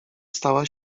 stała